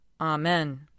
Amen